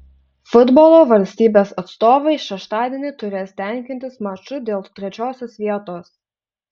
futbolo valstybės atstovai šeštadienį turės tenkintis maču dėl trečiosios vietos